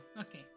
okay